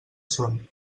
són